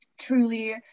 truly